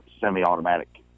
semi-automatic